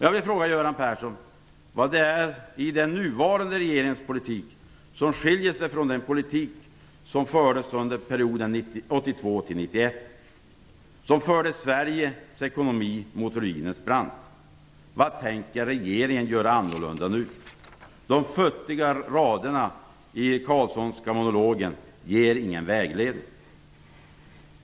Jag vill fråga Göran Persson vad det är i den nuvarande regeringens politik som skiljer sig från den politik som under perioden 1982-1991 förde Sveriges ekonomi mot ruinens brant? Vad tänker regeringen göra annorlunda nu? De futtiga raderna i den Carlssonska planen ger ingen vägledning.